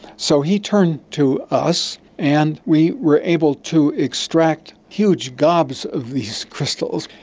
so he turned to us and we were able to extract huge gobs of these crystals,